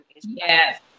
Yes